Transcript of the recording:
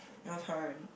your turn